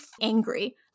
angry